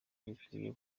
bikwiye